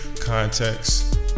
context